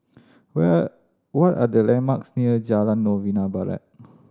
where what are the landmarks near Jalan Novena Barat